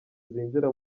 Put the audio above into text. zinjira